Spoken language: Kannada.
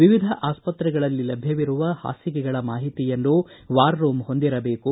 ವಿವಿಧ ಆಸ್ಪತ್ರೆಗಳಲ್ಲಿ ಲಭ್ವವಿರುವ ಹಾಸಿಗೆಗಳ ಮಾಹಿತಿಯನ್ನು ವಾರ್ ರೂಂ ಹೊಂದಿರಬೇಕು